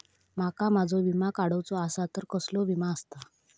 माका माझो विमा काडुचो असा तर कसलो विमा आस्ता?